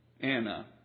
Anna